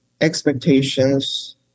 expectations